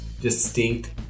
distinct